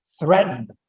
threatened